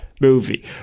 movie